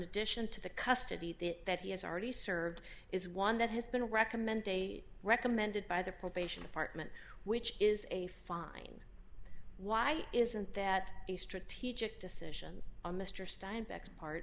addition to the custody that he has already served is one that has been recommended a recommended by the probation department which is a fine why isn't that a strategic decision on mr steinbeck's part